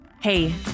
Hey